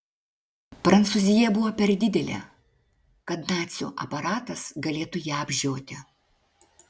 prancūzija buvo per didelė kad nacių aparatas galėtų ją apžioti